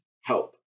help